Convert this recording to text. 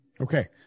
Okay